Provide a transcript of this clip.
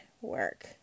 work